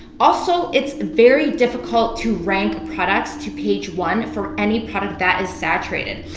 also, it's very difficult to rank products to page one for any product that is saturated.